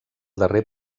darrer